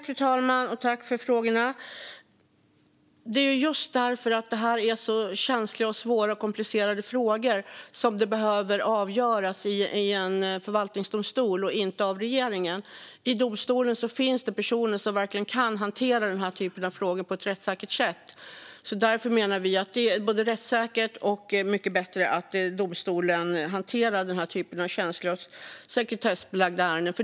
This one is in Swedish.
Fru talman! Tack, ledamoten, för frågorna! Det är just för att det här är så känsliga och svåra och komplicerade frågor som de behöver avgöras i en förvaltningsdomstol och inte av regeringen. I domstolen finns det personer som verkligen kan hantera den här typen av frågor på ett rättssäkert sätt. Därför menar vi att det är både rättssäkert och mycket bättre att domstolen hanterar den här typen av känsliga och sekretessbelagda ärenden.